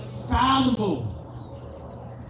unfathomable